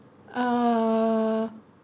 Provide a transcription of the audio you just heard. uh